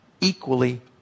equally